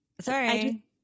Sorry